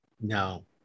No